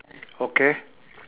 okay